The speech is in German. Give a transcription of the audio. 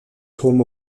turm